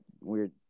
weird